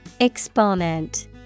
Exponent